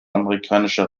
amerikanischer